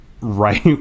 right